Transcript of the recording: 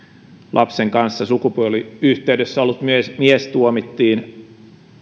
lapsen kanssa sukupuoliyhteydessä ollut mies tuomittiin